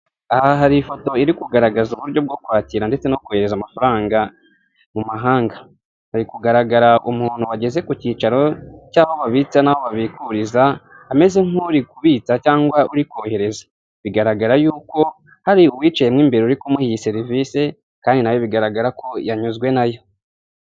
Aha hari ifoto iri kugaragaza uburyo bwo kwakira ndetse no kohereza amafaranga mu mahanga. Hari kugaragara umuntu wageze ku cyicaro cy'aho babitsa n'aho babikuriza, ameze nk'uri kubitsa cyangwa uri kohereza bigaragara yuko hari uwicayemo imbere uri kumuha iyi serivisi kandi nawe bigaragara ko yanyuzwe nayo.